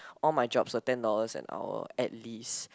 all my jobs were ten dollars an hour at least